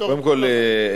קודם כול,